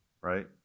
right